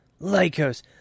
Lycos